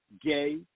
gay